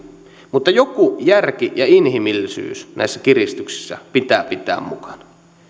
mutta joku järki ja inhimillisyys näissä kiristyksissä pitää pitää mukana